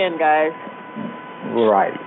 right